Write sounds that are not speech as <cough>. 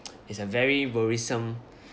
<noise> is a very worrisome